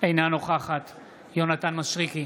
אינה נוכחת יונתן מישרקי,